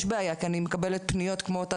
יש בעיה כי אני מקבלת פניות כמו אותה